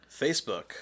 Facebook